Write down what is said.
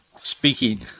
speaking